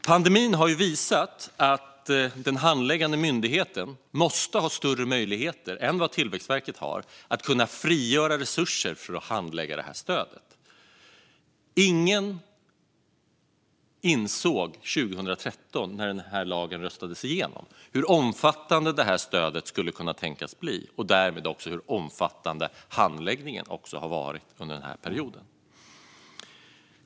Pandemin har visat att den handläggande myndigheten måste ha större möjligheter än vad Tillväxtverket har att frigöra resurser för att handlägga detta stöd. Ingen insåg 2013, när denna lag röstades igenom, hur omfattande det här stödet skulle kunna tänkas bli eller hur omfattande handläggningen skulle bli under den här perioden.